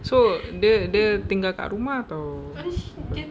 so dia dia tinggal kat rumah atau